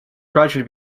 gradually